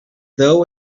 deu